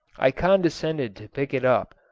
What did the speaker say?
i condescended to pick it up,